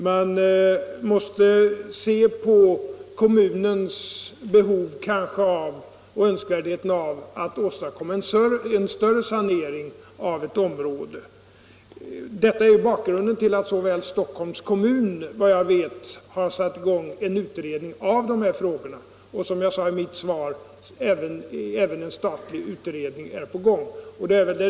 Man måste beakta kommunens eventuella behov av och önskvärdheten av att åstadkomma en större sanering i ett område. Detta är bakgrunden till att Stockholms kommun, såvitt jag vet, har satt i gång en utredning och att — som jag sade i mitt svar — även en statlig utredning är på gång.